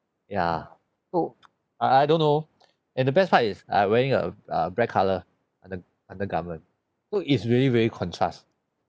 yeah oh I I don't know and the best part is I wearing a uh black colour under undergarment so it's really very contrast